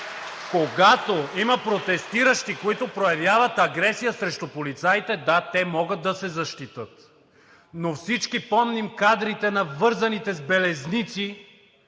когато има протестиращи, които проявяват агресия срещу полицаите – да, те могат да се защитят, но всички помним кадрите с навързаните с белезници